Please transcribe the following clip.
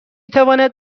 تواند